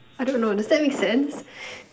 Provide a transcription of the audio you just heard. I don't know does that make sense